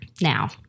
Now